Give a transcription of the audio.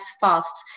fast